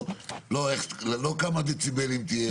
לא כמה דציבלים תהיה רעידת האדמה.